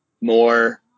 more